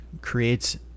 creates